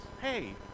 Hey